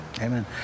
Amen